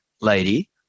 lady